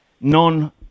non